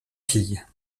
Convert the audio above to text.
filles